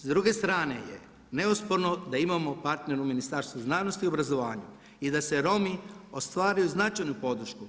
S druge strane je neosporno da imamo partnera u Ministarstvu znanosti i obrazovanja i da Romi ostvaruju značajnu podršku.